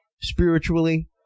spiritually